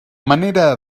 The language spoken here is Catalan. manera